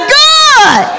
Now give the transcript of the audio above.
good